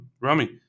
Rami